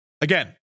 Again